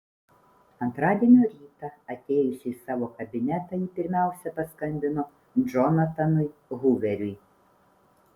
antradienio rytą atėjusi į savo kabinetą ji pirmiausia paskambino džonatanui huveriui